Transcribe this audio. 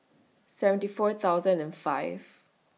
seventy four thousand and five